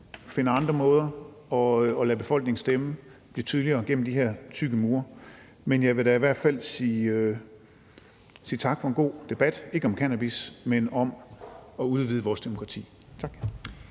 finder andre måder til at lade befolkningen stemme lidt tydeligere gennem de her tykke mure, men jeg vil i hvert fald sige tak for en god debat, ikke om cannabis, men om at udvide vores demokrati. Tak.